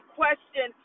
question